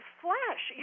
flesh